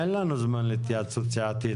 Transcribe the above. אין לנו זמן להתייעצות סיעתית,